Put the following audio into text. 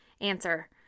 Answer